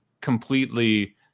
completely